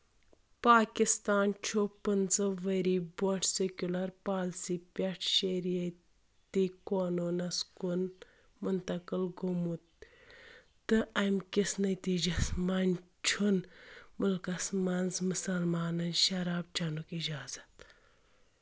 پاکستان چھُ پٕنٛژٕہ ؤری برٛونٛہہ سیکولر پالسی پٮ۪ٹھ شریعتی قونوٗنس كُن منتقٕل گوٚمُت تہٕ اَمہِ کِس نٔتیٖجَس منٛز چھُنہٕ مُلکَس منٛز مسلمانَن شراب چنُک اجازت